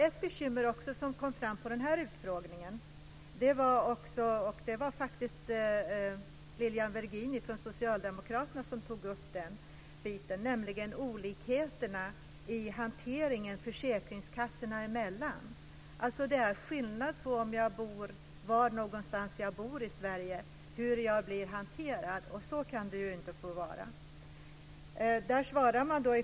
Ett bekymmer som kom fram under utfrågningen togs faktiskt fram av Lilian Virgin från socialdemokraterna, och det gällde olikheterna i försäkringskassornas hantering av ärendena. Man blir hanterad på olika sätt beroende på var i Sverige man bor, och så kan det ju inte få vara.